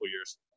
years